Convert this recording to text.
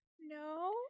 No